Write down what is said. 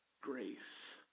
grace